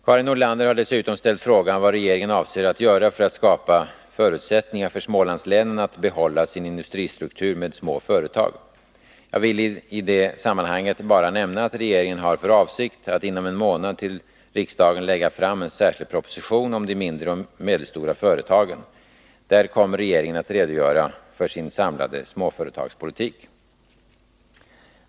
Karin Nordlander har dessutom ställt frågan vad regeringen avser att göra för att skapa förutsättningar för Smålandslänen att behålla sin industristruktur med små företag. Jag vill i det sammanhanget bara nämna att regeringen har för avsikt att inom en månad till riksdagen lägga fram en särskild proposition om de mindre och medelstora företagen. Där kommer regeringen att redogöra för sin samlade småföretagspolitik.